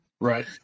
Right